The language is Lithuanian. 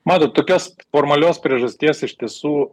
mat tokios formalios priežasties ištisų